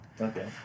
Okay